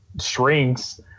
shrinks